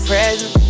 Present